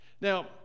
Now